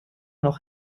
noch